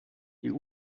die